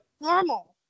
normal